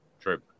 True